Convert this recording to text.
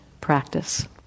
practice